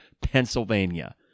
Pennsylvania